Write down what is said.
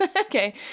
okay